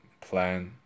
plan